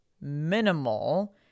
minimal